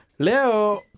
Leo